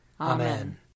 Amen